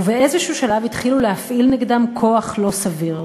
ובשלב כלשהו התחילו להפעיל נגדם כוח לא סביר,